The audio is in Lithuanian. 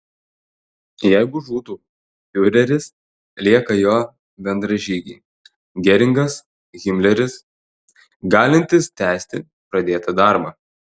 jeigu žūtų fiureris lieka jo bendražygiai geringas himleris galintys tęsti pradėtą darbą